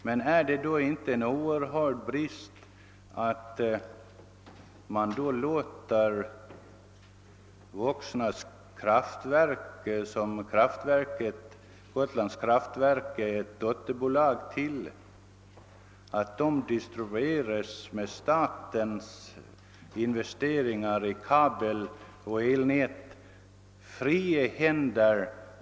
Men är det då inte helt felaktigt att låta Voxnans kraft AB, till vilket Gotlands kraftverk är dotterbolag, trots statens investeringar i kabel och elnät få fria händer.